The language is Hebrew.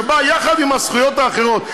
שבאות יחד עם הזכויות האחרות.